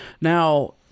Now